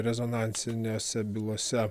rezonansinėse bylose